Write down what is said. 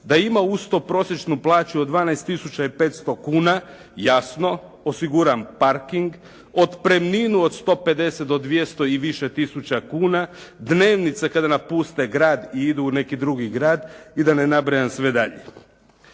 da ima uz to prosječnu plaću od 12 tisuća i 500 kuna, jasno osiguran parking, otpremninu od 150 do 200 i više kuna, dnevnice kada napuste grad i idu u neki drugi grad i da ne nabrajam sve dalje.